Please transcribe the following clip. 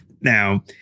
Now